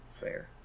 Fair